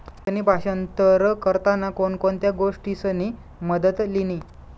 लेखणी भाषांतर करताना कोण कोणत्या गोष्टीसनी मदत लिनी